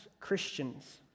Christians